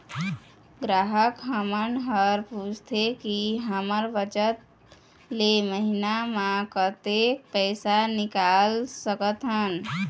ग्राहक हमन हर पूछथें की हमर बचत ले महीना मा कतेक तक पैसा निकाल सकथन?